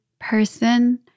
person